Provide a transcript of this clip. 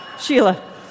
Sheila